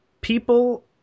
people